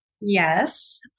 Yes